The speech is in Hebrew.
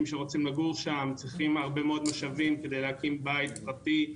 שרוצים לגור שם צריכים הרבה מאוד משאבים כדי להקים בית פרטי,